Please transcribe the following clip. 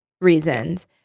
reasons